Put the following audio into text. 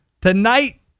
Tonight